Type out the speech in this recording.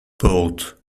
port